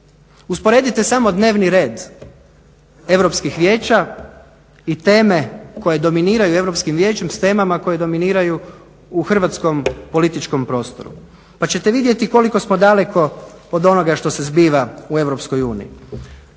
i teme koje dominiraju Europskim vijećem s temama koje dominiraju u hrvatskom političkom prostoru pa ćete vidjeti koliko smo daleko od onoga što se zbiva u